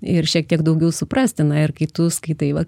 ir šiek tiek daugiau suprasti na ir kai tu skaitai va